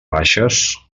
baixes